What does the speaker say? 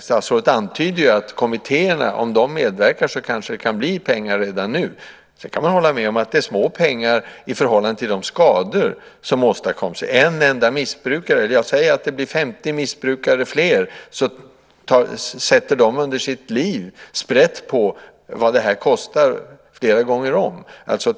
Statsrådet antydde ju att om kommittéerna medverkar kanske det kan bli pengar redan nu. Sedan kan man hålla med om att det är små pengar i förhållande till de skador som åstadkoms. Om det blir, säg, 50 fler missbrukare sätter dessa under sitt liv sprätt på vad detta kostar flera gånger om.